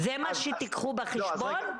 זה מה שתיקחו בחשבון?